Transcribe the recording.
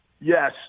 Yes